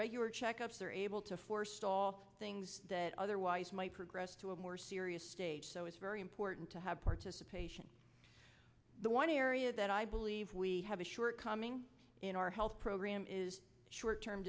regular checkups are able to afford stall things that otherwise might progress to a more serious stage so it's very important to have participation the one area that i believe we have a shortcoming in our health program is short term